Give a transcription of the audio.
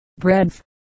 breadth